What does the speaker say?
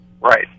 Right